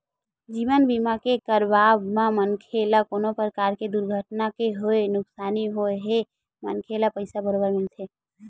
जीवन बीमा के करवाब म मनखे ल कोनो परकार ले दुरघटना के होय नुकसानी होए हे मनखे ल पइसा बरोबर मिलथे